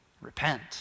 Repent